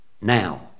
now